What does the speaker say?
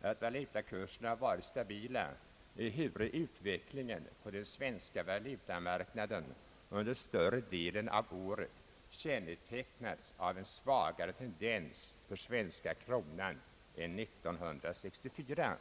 att valutakurserna varit stabila ehuru utvecklingen på den svenska valutamarknaden under större delen av året kännetecknats av en svagare tendens för svenska kronan än 1964.